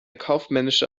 kaufmännische